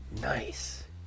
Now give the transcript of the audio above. nice